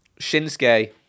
Shinsuke